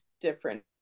different